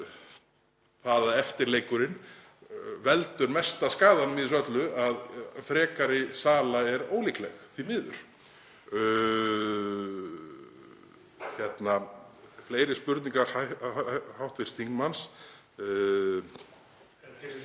það að eftirleikurinn veldur mesta skaðanum í þessu öllu, að frekari sala er ólíkleg, því miður. Fleiri spurningar hv. þingmanns?